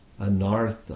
anartha